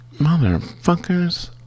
motherfuckers